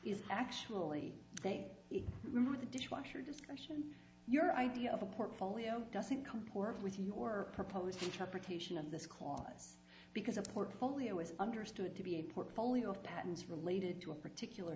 is actually ok with the dishwasher discussion your idea of a portfolio doesn't comport with your proposed interpretation of this clause because a portfolio is understood to be a portfolio of patents related to a particular